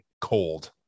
cold